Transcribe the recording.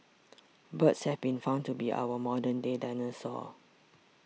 birds have been found to be our modern day dinosaurs